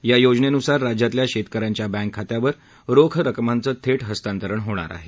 या योजनेनुसार राज्यातल्या शेतक यांच्या बँक खात्यावर रोख रकमांचं थेट हस्तांतरण होणार आहे